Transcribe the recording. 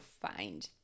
find